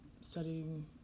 studying